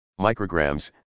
micrograms